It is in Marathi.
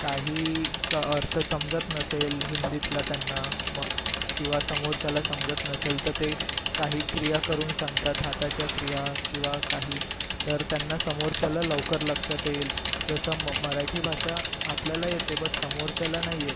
काही स् अर्थ समजत नसेल हिंदीतला त्यांना म किंवा समोरच्याला समजत नसेल तर ते काही क्रिया करून सांगतात हाताच्या क्रिया किंवा काही तर त्यांना समोरच्याला लवकर लक्षात येईल जसं म् मराठी भाषा आपल्याला येते बट समोरच्याला नाही येत